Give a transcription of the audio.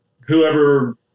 Whoever